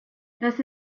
this